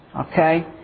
Okay